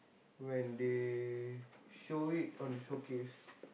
when they show it on showcase